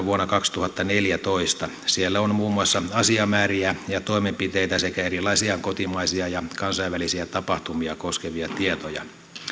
vuonna kaksituhattaneljätoista siellä on muun muassa asiamääriä ja toimenpiteitä sekä erilaisia kotimaisia ja kansainvälisiä tapahtumia koskevia tietoja